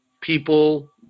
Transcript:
people